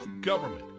government